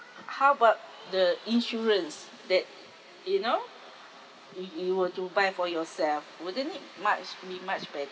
how about the insurance that you know if you were to buy for yourself wouldn't it much be much better